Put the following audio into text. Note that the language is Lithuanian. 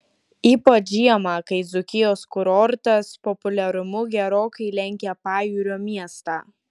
ypač žiemą kai dzūkijos kurortas populiarumu gerokai lenkia pajūrio miestą